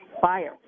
fire